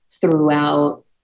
throughout